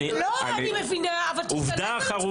אני מבינה, אבל תשתלט על עצמך.